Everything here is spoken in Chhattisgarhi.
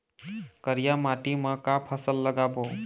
करिया माटी म का फसल लगाबो?